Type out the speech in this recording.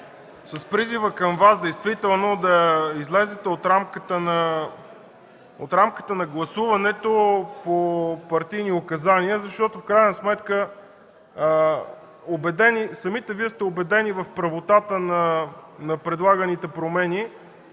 с призива към Вас действително да излезете от рамката на гласуването по партийни указания, защото в крайна сметка самите Вие сте убедени в правотата на предлаганите промени.